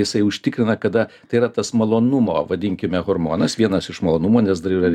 jisai užtikrina tada tai yra tas malonumo vadinkime hormonas vienas iš malonumo nes dar yra